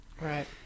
right